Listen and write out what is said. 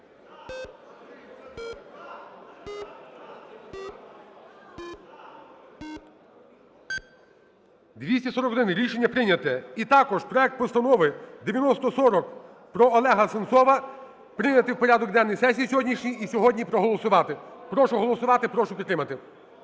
За-241 Рішення прийнято. І також проект Постанови 9040 про Олега Сенцова прийняти в порядок денний сесії сьогоднішній і сьогодні проголосувати. Прошу голосувати, прошу підтримати.